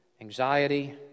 anxiety